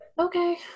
Okay